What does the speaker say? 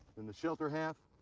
then the shelter half,